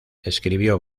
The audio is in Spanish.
escribió